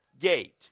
gate